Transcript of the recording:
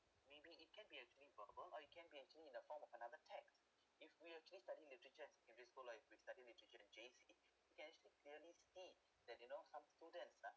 maybe it can be actually verbal or it can be actually in the form of another text if we're actually studying literature in primary school like we've studied literature in J_C it can actually clearly state that you know some students ah